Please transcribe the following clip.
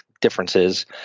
differences